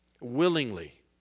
willingly